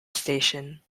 station